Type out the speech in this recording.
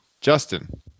Justin